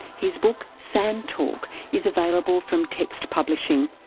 his book sand talk is available from text publishing.